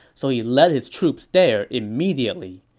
so he led his troops there immediately.